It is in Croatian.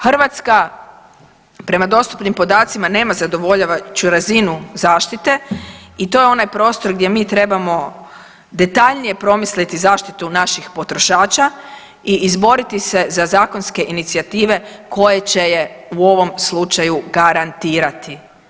Hrvatska prema dostupnim podacima nema zadovoljavajuću razinu zaštite i to je onaj prostor gdje mi trebamo detaljnije promisliti zaštitu naših potrošača i izboriti se za zakonske inicijative koje će je u ovom slučaju garantirati.